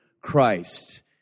Christ